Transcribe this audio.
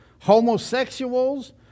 homosexuals